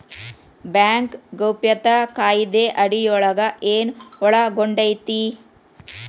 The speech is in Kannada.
ಬ್ಯಾಂಕ್ ಗೌಪ್ಯತಾ ಕಾಯಿದೆ ಅಡಿಯೊಳಗ ಏನು ಒಳಗೊಂಡೇತಿ?